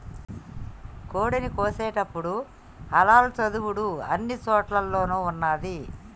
కోడిని కోసేటపుడు హలాల్ చదువుడు అన్ని చోటుల్లోనూ ఉన్నాది